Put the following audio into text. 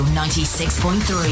96.3